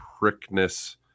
prickness